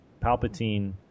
Palpatine